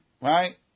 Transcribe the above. right